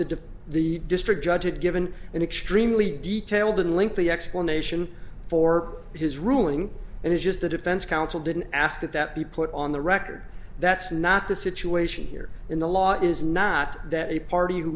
the the district judge had given an extremely detailed unlink the explanation for his ruling and it's just the defense counsel didn't ask that that be put on the record that's not the situation here in the law is not that a party who